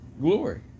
glory